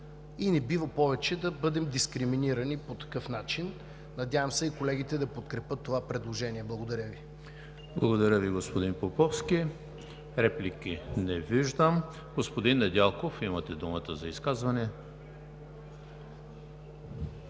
Не бива повече да бъдем дискриминирани по такъв начин. Надявам се и колегите да подкрепят това предложение. Благодаря Ви. ПРЕДСЕДАТЕЛ ЕМИЛ ХРИСТОВ: Благодаря Ви, господин Поповски. Реплики? Не виждам. Господин Недялков, имате думата за изказване.